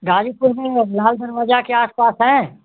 गाजीपुर में लाल दरवाजा के आसपास हैं